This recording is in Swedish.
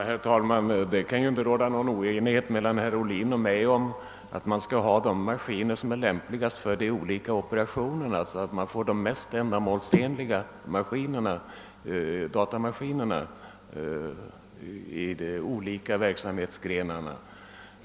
Herr talman! Det kan ju inte råda någon oenighet mellan herr Ohlin och mig om att man skall ha de datamaskiner som är lämpligast för de olika operationerna och för de olika verksamhetsgrenarna.